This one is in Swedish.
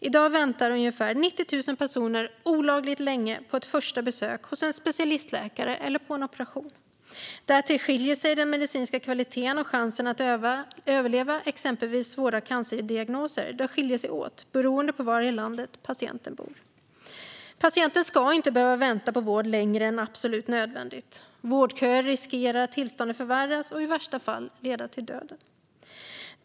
I dag väntar ungefär 90 000 personer olagligt länge på ett första besök hos en specialistläkare eller på en operation. Därtill skiljer sig den medicinska kvaliteten och chansen att överleva exempelvis svåra cancerdiagnoser åt beroende på var i landet patienten bor. Patienter ska inte behöva vänta på vård längre än absolut nödvändigt. Vårdköer gör att tillståndet riskerar att förvärras, och i värsta fall leder det till döden.